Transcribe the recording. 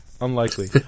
Unlikely